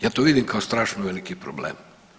Ja to vidim kao strašno veliki problem.